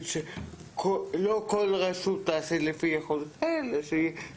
שלא כל רשות תעשה לפי יכולתה אלא לפי